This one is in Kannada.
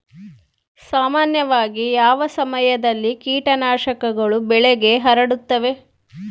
ಸಾಮಾನ್ಯವಾಗಿ ಯಾವ ಸಮಯದಲ್ಲಿ ಕೇಟನಾಶಕಗಳು ಬೆಳೆಗೆ ಹರಡುತ್ತವೆ?